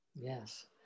Yes